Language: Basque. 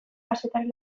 kazetari